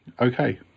Okay